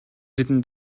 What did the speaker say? хэдэн